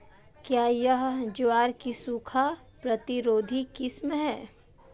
क्या यह ज्वार की सूखा प्रतिरोधी किस्म है?